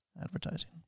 advertising